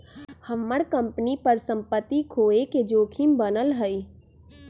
हम्मर कंपनी पर सम्पत्ति खोये के जोखिम बनल हई